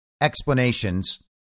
explanations